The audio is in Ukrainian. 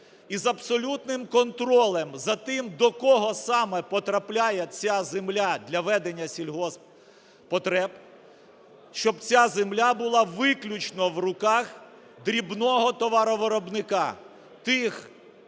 із абсолютним контролем за ним, до кого саме потрапляє ця земля для ведення сільгосппотреб, щоб ця земля була виключно в руках дрібного товаровиробника, тих